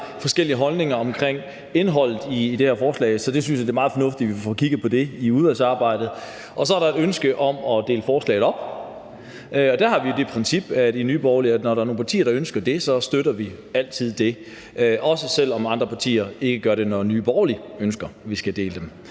forskellige holdninger til, hvad indholdet er i det her forslag, så det synes jeg er meget fornuftigt at vi får kigget på i udvalgsarbejdet. Så er der et ønske om at dele forslaget op. Der har vi det princip i Nye Borgerlige, at når der er nogle partier, der ønsker det, så støtter vi altid det – også selv om andre partier ikke gør det, når Nye Borgerlige ønsker, at vi skal dele dem